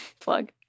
Plug